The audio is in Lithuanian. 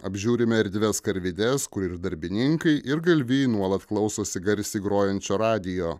apžiūrime erdves karvides kur ir darbininkai ir galvijai nuolat klausosi garsiai grojančio radijo